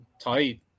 tight